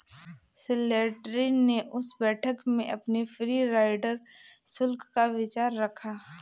Slattery ने उस बैठक में अपने फ्री राइडर शुल्क का विचार रखा